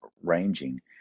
ranging